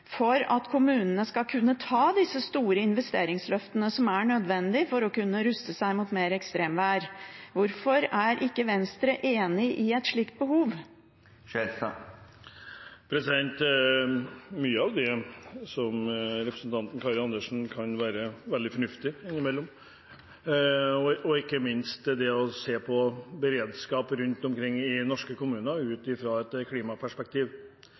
for at kommunene skal kunne ta disse store investeringsløftene som er nødvendige for å kunne ruste seg mot mer ekstremvær. Hvorfor er ikke Venstre enig i et slikt behov? Mye av det som representanten Karin Andersen påpeker, kan være veldig fornuftig innimellom – ikke minst det å se på beredskapen rundt omkring i norske kommuner ut fra et klimaperspektiv.